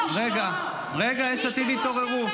רגע, רגע, יש עתיד התעוררו.